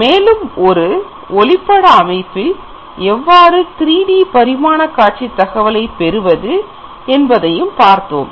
மேலும் ஒரு ஒலிப்பட அமைப்பில் இருந்து எவ்வாறு 3D பரிமாண காட்சி தகவலைப் பெறுவது என்பதையும் பார்த்தோம்